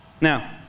Now